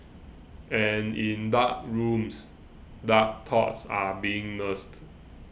and in dark rooms dark thoughts are being nursed